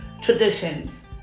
traditions